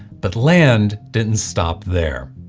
but land didn't stop there.